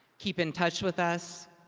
keep in touch with us.